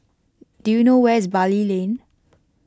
do you know where is Bali Lane